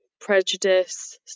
Prejudice